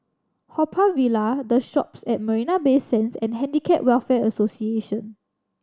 Haw Par Villa The Shoppes at Marina Bay Sands and Handicap Welfare Association